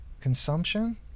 consumption